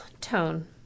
tone